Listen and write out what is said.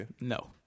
No